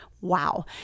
Wow